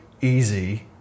easy